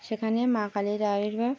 সেখানে মা কালির আবির্ভাব